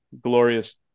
glorious